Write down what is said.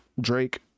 Drake